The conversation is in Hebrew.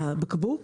לבקבוק,